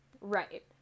Right